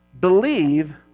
believe